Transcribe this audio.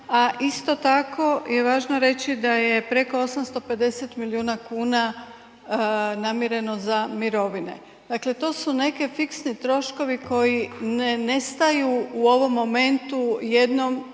a isto tako i važno je reći da je preko 850 milijuna kuna namireno za mirovine. Dakle to su neki fiksni troškovi koji ne nestaju u ovom momentu, jednom